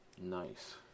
nice